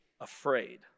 afraid